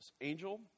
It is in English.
Angel